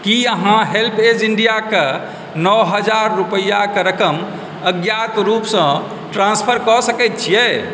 की अहाँ हेल्पऐज इंडियाकेँ नओ हजार रूपैआक रकम अज्ञात रूपसँ ट्रांसफर कऽ सकैत छियै